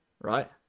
right